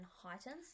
heightens